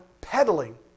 peddling